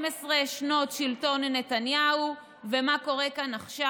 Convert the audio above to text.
שנות שלטון נתניהו ומה קורה כאן עכשיו.